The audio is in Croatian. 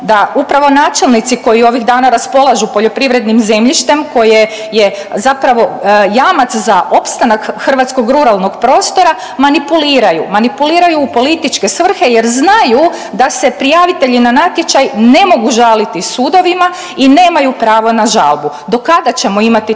da upravo načelnici koji ovih dana raspolažu poljoprivrednim zemljištem koje je zapravo jamac za opstanak hrvatskog ruralnog prostora manipuliraju, manipuliraju u političke svrhe jer znaju da se prijavitelji na natječaj ne mogu žaliti sudovima i nemaju pravo na žalbu, do kada ćemo imati takvu